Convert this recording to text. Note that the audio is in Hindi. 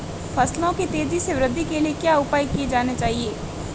फसलों की तेज़ी से वृद्धि के लिए क्या उपाय किए जाने चाहिए?